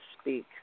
speak